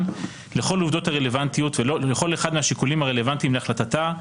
לכל העובדות הרלוונטיות ולכל אחד מהשיקולים הרלוונטיים להחלטתה,